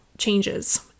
Changes